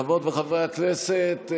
חברות וחברי הכנסת,